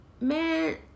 Man